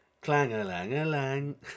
clang-a-lang-a-lang